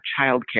childcare